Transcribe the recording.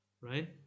Right